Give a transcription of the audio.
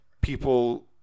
people